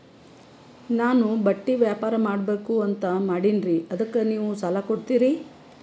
ನಾನು ಬಟ್ಟಿ ವ್ಯಾಪಾರ್ ಮಾಡಬಕು ಅಂತ ಮಾಡಿನ್ರಿ ಅದಕ್ಕ ನೀವು ಸಾಲ ಕೊಡ್ತೀರಿ?